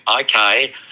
okay